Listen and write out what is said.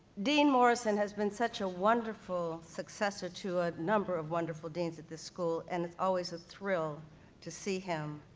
dean morrison has been such a wonderful successor to a number of wonderful dean's at this school, and it's always a thrill to see him,